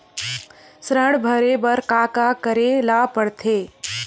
ऋण भरे बर का का करे ला परथे?